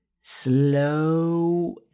slow